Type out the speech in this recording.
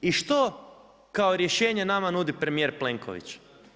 I što kao rješenje nama nudi premijer Plenković?